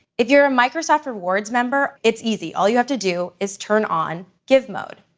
if you're a microsoft rewards member, it's easy. all you have to do is turn on give mode,